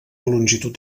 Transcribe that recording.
longitud